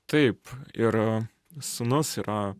taip ir sūnus yra